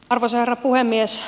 arvoisa herra puhemies